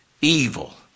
evil